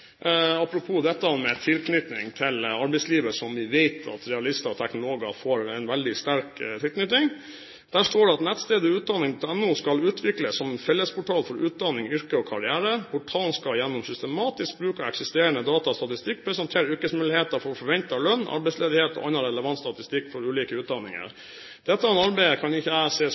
teknologer får en veldig sterk tilknytning. Der står det: «Nettstedet utdanning.no utvikles som fellesportal for utdanning, yrke og karriere. Portalen skal gjennom systematisk bruk av eksisterende data og statistikk presentere yrkesmuligheter, forventet lønn, arbeidsledighet og annen relevant statistikk for ulike utdanninger.» Dette arbeidet kan ikke jeg